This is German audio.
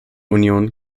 union